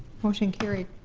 motion carried.